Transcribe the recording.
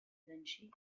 vinci